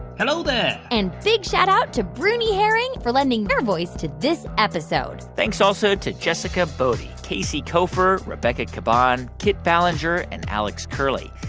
hello there and big shout out to bruni herring for lending their voice to this episode thanks also to jessica boddy, casey koeffer, rebecca caban, kit ballenger and alex curley.